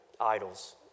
idols